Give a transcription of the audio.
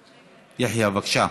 יחיא, בבקשה.